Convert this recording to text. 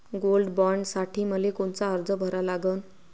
Gold बॉण्डसाठी मले कोनचा अर्ज भरा लागन?